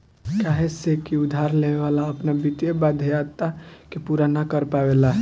काहे से की उधार लेवे वाला अपना वित्तीय वाध्यता के पूरा ना कर पावेला